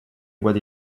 what